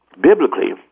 biblically